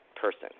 person